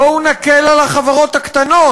בואו נקל על החברות הקטנות,